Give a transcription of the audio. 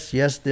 yes